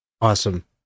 awesome